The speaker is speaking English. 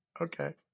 Okay